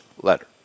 letter